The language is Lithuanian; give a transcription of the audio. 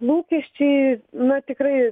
lūkesčiai na tikrai